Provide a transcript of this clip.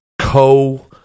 co-